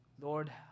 lord